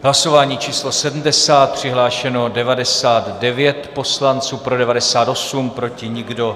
Hlasování číslo 70, přihlášeno 99 poslanců, pro 98, proti nikdo.